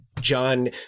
John